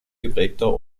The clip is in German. geprägter